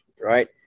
Right